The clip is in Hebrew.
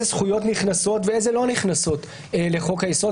זכויות נכנסות ואילו לא לחוק היסוד,